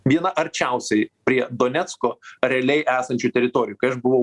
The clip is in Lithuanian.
viena arčiausiai prie donecko realiai esančių teritorijų kai aš buvau